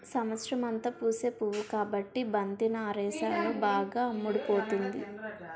సంవత్సరమంతా పూసే పువ్వు కాబట్టి బంతి నారేసాను బాగా అమ్ముడుపోతుంది